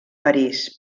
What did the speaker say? parís